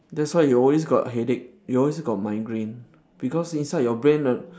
that's why you always got headache you always got migraine because inside your brain the